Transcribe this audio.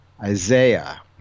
Isaiah